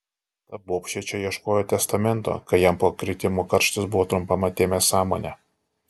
ta bobšė čia ieškojo testamento kai jam po to kritimo karštis buvo trumpam atėmęs sąmonę